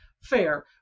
fair